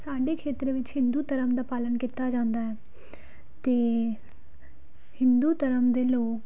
ਸਾਡੇ ਖੇਤਰ ਵਿੱਚ ਹਿੰਦੂ ਧਰਮ ਦਾ ਪਾਲਣ ਕੀਤਾ ਜਾਂਦਾ ਹੈ ਅਤੇ ਹਿੰਦੂ ਧਰਮ ਦੇ ਲੋਕ